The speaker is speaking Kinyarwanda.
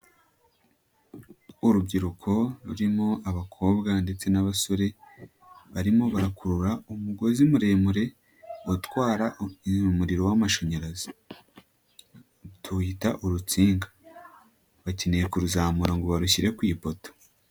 Urubyiruko rurimo abakobwa ndetse n'abasore, barimo barakurura umugozi muremure, utwara umuriro w'amashanyarazi, tuwuyita urutsinga. Bakeneye kuruzamura ngo barushyire ku ipoto.